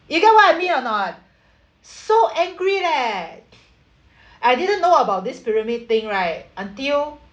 you get what I mean or not so angry leh I didn't know about this pyramid thing right until